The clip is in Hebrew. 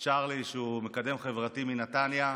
ואת צ'ארלי, שהוא מקדם חברתי מנתניה.